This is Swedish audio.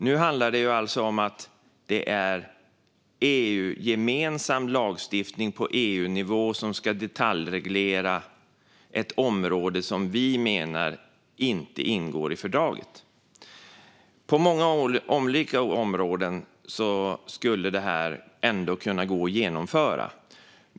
Nu handlar det om EU-gemensam lagstiftning på EU-nivå som ska detaljreglera ett område som vi menar inte ingår i fördraget. På många områden skulle detta ändå gå att genomföra.